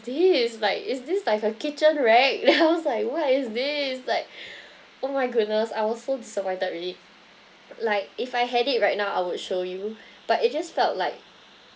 this like is this like a kitchen rag then I was like what is this like oh my goodness I was so disappointed really like if I had it right now I would show you but it just felt like